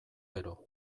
gero